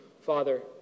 Father